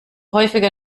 häufiger